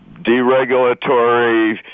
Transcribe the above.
deregulatory